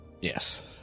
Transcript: Yes